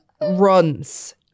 runs